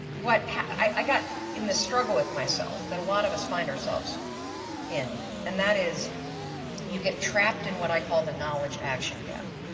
i got in this struggle with myself that a lot of us find ourselves in and that is you get trapped in what i call the knowledge-action gap.